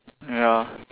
ya